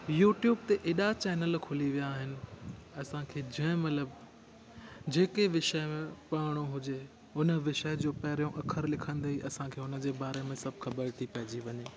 YouTube ते ऐॾा channel खुली विया आहिनि असांखे जंहिं महिल बि जेके विषय में पढ़णो हुजे हुन विषय जो पहिरियो अखरु लिखंदे ई असांखे हुन जे बारे में सभु ख़बरु थी पइजी वञे